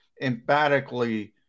emphatically